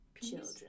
children